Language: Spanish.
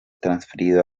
transferido